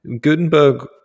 Gutenberg